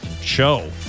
show